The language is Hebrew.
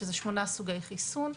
שזה שמונה סוגי חיסון,